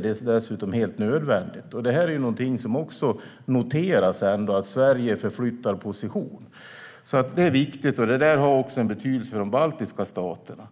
Det noteras också att Sverige förflyttar sin position. Det är viktigt och har betydelse även för de baltiska staterna.